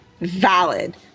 Valid